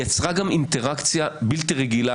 והיא יצרה גם אינטראקציה בלתי רגילה,